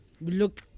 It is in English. look